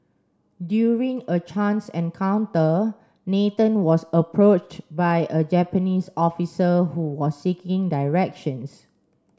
during a chance encounter Nathan was approach by a Japanese officer who was seeking directions